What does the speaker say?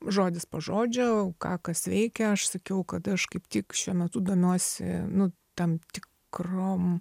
žodis po žodžio ką kas veikia aš sakiau kad aš kaip tik šiuo metu domiuosi nu tam tikrom